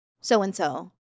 so-and-so